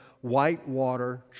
Whitewater